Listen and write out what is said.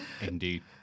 Indeed